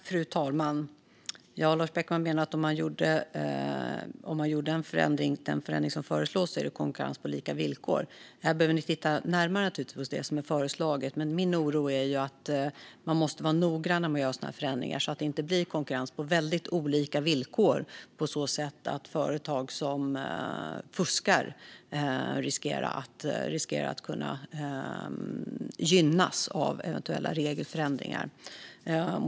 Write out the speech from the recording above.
Fru talman! Lars Beckman menar att om man gjorde den förändring som föreslås blir det konkurrens på lika villkor. Här behöver ni naturligtvis titta närmare på det som är föreslaget, och min oro gäller att man måste vara noggrann när man gör sådana här förändringar så att det inte blir konkurrens på väldigt olika villkor på så sätt att man riskerar att företag som fuskar kommer att gynnas av eventuella regelförändringar.